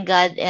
God